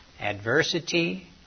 adversity